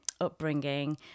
upbringing